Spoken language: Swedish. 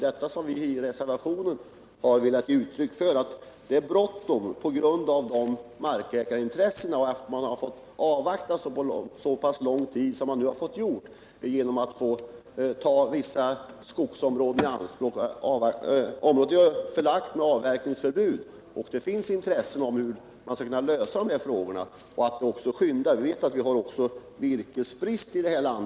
Vi har i reservationen velat ge uttryck för att det nu brådskar i denna fråga, eftersom markägarintressena har fått vänta så lång tid med att ta vissa skogsområden i anspråk. Dessa är belagda med avverkningsförbud, men det finns uppfattningar om hur man skulle kunna lösa den frågan. Vi måste också ta hänsyn till att det råder virkesbrist i vårt land.